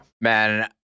man